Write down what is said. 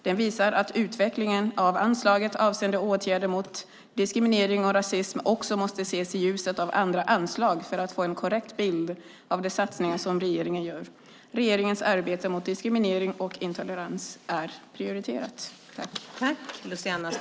Den visar att utvecklingen av anslaget avseende åtgärder mot diskriminering och rasism också måste ses i ljuset av andra anslag för att få en korrekt bild av de satsningar som regeringen gör. Regeringens arbete mot diskriminering och intolerans är prioriterat.